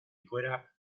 fuera